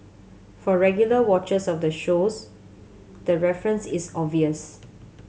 for regular watchers of the shows the reference is obvious